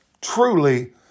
truly